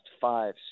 five